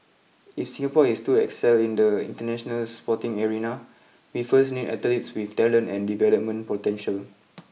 if Singapore is to excel in the international sporting arena we first need athletes with talent and development potential